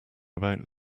about